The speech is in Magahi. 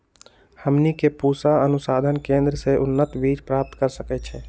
हमनी के पूसा अनुसंधान केंद्र से उन्नत बीज प्राप्त कर सकैछे?